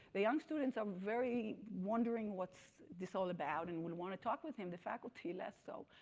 the young students are very wondering what's this all about, and would want to talk with him, the faculty less so.